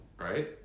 Right